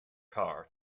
car